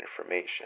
information